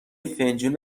فنجون